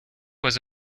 was